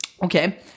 Okay